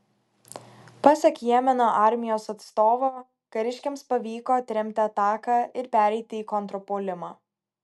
pasak jemeno armijos atstovo kariškiams pavyko atremti ataką ir pereiti į kontrpuolimą